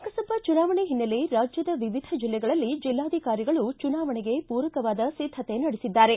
ಲೋಕಸಭಾ ಚುನಾವಣೆ ಹಿನ್ನೆಲೆ ರಾಜ್ಯದ ವಿವಿಧ ಜಿಲ್ಲೆಗಳಲ್ಲಿ ಜಿಲ್ಲಾಧಿಕಾರಿಗಳು ಚುನಾವಣೆಗೆ ಪೂರಕವಾದ ಸಿದ್ದತೆ ನಡೆಸಿದ್ದಾರೆ